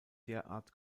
derart